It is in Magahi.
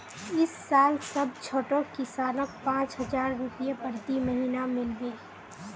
इस साल सब छोटो किसानक पांच हजार रुपए प्रति महीना मिल बे